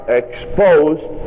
exposed